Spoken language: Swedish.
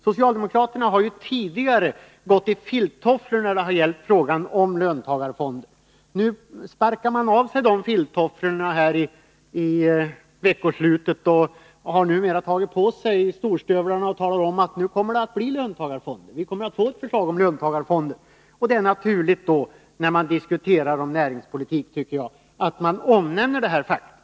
Socialdemokraterna har tidigare gått i filttofflorna när det har gällt frågan om löntagarfonder. I veckoslutet sparkade de emellertid av sig dessa filttofflor. Numera har de tagit på sig storstövlarna och talar om att det kommer att bli löntagarfonder och att vi skall få ett förslag till sådana fonder. När man diskuterar näringspolitiken är det naturligt att man omnämner detta faktum.